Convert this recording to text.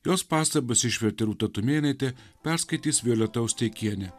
jos pastabas išvertė rūta tumėnaitė perskaitys violeta osteikienė